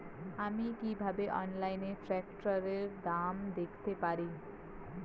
আমি কিভাবে অনলাইনে ট্রাক্টরের দাম দেখতে পারি?